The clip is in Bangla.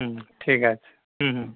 হুম ঠিক আছে হুম হুম